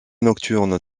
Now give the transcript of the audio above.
nocturnes